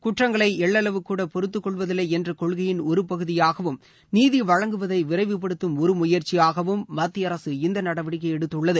குற்றங்களை எள்ளளவு கூட பொறுத்துக்கொள்வதில்லை என்ற கொள்கையின் ஒரு பகுதியாகவும் நீதி வழங்குவதை விரைவு படுத்தும் ஒரு முயற்சியாகவும் மத்திய அரசு இந்த நடவடிக்கையை எடுத்துள்ளது